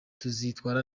tuzitwara